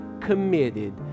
committed